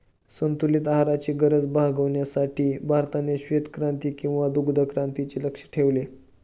संतुलित आहाराची गरज भागविण्यासाठी भारताने श्वेतक्रांती किंवा दुग्धक्रांतीचे लक्ष्य ठेवले